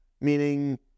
meaning